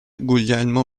guglielmo